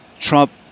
trump